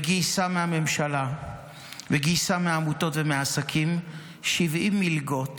וגייסה מהממשלה וגייסה מעמותות ומעסקים 70 מלגות